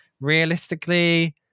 realistically